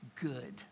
good